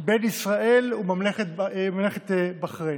בין ישראל לממלכת בחריין.